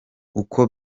uko